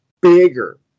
Bigger